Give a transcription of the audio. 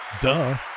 Duh